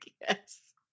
Yes